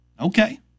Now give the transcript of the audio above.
Okay